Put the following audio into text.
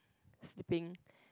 sleeping